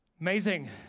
Amazing